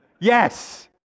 Yes